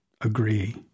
agree